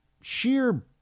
sheer